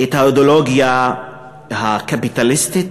את האידיאולוגיה הקפיטליסטית,